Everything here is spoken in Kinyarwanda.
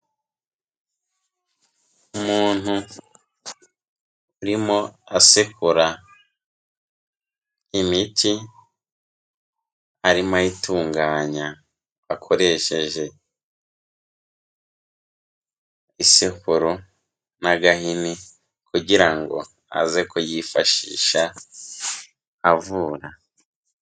Umuntu arimo asekura imiti, arimo ayitunganya akoresheje isekuru n'agahini kugira ngo aze kuyifashisha avura.